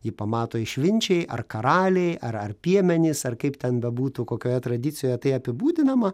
jį pamato išminčiai ar karaliai ar ar piemenys ar kaip ten bebūtų kokioje tradicijoje tai apibūdinama